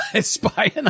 spying